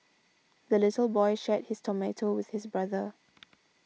the little boy shared his tomato with his brother